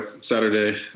Saturday